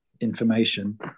information